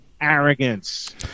arrogance